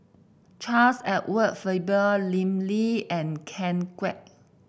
Charles Edward Faber Lim Lee and Ken Kwek